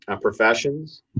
professions